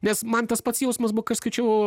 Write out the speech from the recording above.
nes man tas pats jausmas buvo kai aš skaičiau